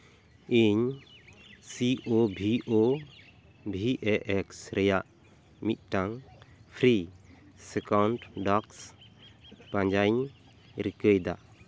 ᱤᱧ ᱥᱤ ᱳ ᱵᱷᱤ ᱳ ᱵᱷᱤ ᱮᱹ ᱮᱠᱥ ᱨᱮᱭᱟᱜ ᱢᱤᱫᱴᱟᱝ ᱯᱷᱨᱤ ᱥᱮᱠᱮᱱᱰ ᱰᱳᱡᱽ ᱯᱟᱸᱡᱟᱧ ᱨᱤᱠᱟᱹᱭᱮᱫᱟ